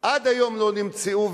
עד היום לא נמצאו.